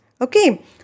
Okay